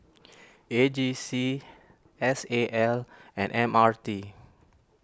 A J C S A L and M R T